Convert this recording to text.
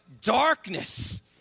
darkness